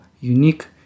unique